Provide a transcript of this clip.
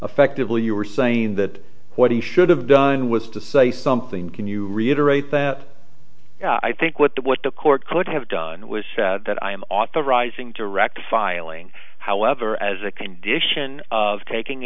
effectively you were saying that what he should have done was to say something can you reiterate that i think what the what the court could have done was that i am authorizing direct filing however as a condition of taking